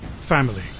Family